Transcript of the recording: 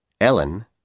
Ellen